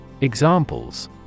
Examples